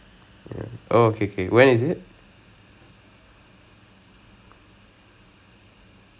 ya so if you err date எல்லாம் இன்னும்:ellaam innum confirm ஆகலை:aakalai once I get the thing down